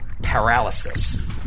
Paralysis